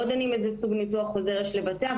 לא דנים איזה סוג ניתוח חוזר יש לבצע,